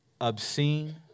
obscene